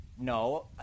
No